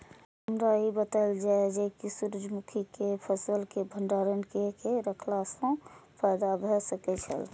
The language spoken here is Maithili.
हमरा ई बतायल जाए जे सूर्य मुखी केय फसल केय भंडारण केय के रखला सं फायदा भ सकेय छल?